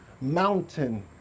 mountain